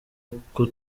uko